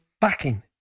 backing